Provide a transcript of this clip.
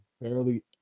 barely